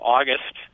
August